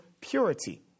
purity